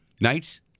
Nights